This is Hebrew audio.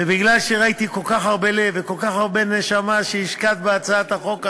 ומכיוון שראיתי כל כך הרבה לב וכל כך הרבה נשמה שהשקעת בהצעת החוק הזאת,